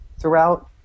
throughout